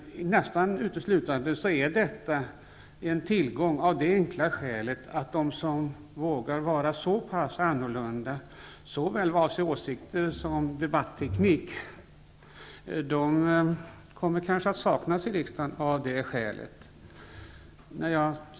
Nästan uteslutande är detta en tillgång av det enkla skälet att de som vågar vara så pass annorlunda, såväl vad avser åsikter som debatteknik, kanske kommer att saknas i riksdagen av det skälet.